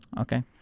Okay